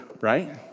Right